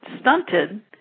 stunted